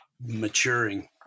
maturing